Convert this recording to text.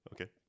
Okay